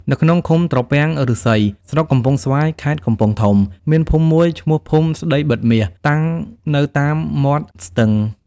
នៅក្នុងឃុំត្រពាំងឫស្សី ស្រុកកំពង់ស្វាយ ខេត្តកំពង់ធំ មានភូមិមួយ ឈ្មោះភូមិស្តីបិទមាស តាំងនៅតាម មាត់ស្ទឹង។